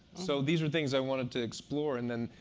so these were things i wanted to explore. and then,